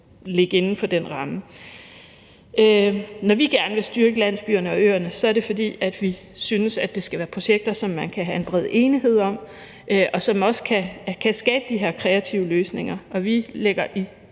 ligge inden for den ramme. Når vi gerne vil styrke landsbyerne og øerne, er det, fordi vi synes, at det skal være projekter, som man kan have en bred enighed om, og som også kan skabe de her kreative løsninger. Og vi lægger i